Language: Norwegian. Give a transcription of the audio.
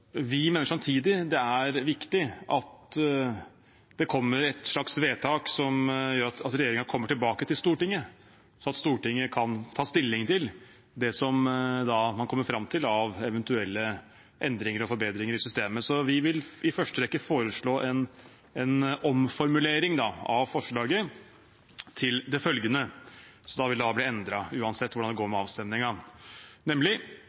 Vi mener samtidig det er viktig at det kommer et slags vedtak som gjør at regjeringen kommer tilbake til Stortinget, så Stortinget kan ta stilling til det man kommer fram til av eventuelle endringer og forbedringer i systemet. Vi vil i første rekke foreslå en omformulering av forslaget, som da vil bli endret, uansett hvordan det går med avstemmingen, til det følgende: